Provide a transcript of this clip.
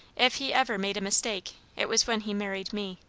if he ever made a mistake, it was when he married me.